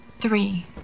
three